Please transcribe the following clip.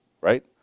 Right